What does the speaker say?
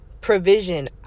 provision